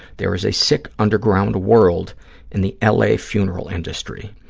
there is a sick underground world in the l. a. funeral industry.